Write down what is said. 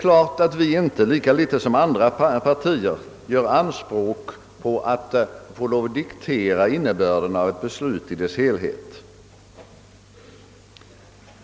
Naturligtvis gör vi inte — lika litet som andra partier — anspråk på att få diktera innebörden av ett förslag i dess helhet.